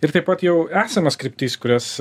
ir taip pat jau esamas kryptis kurias